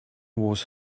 was